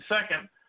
second